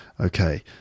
Okay